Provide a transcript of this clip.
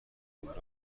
خود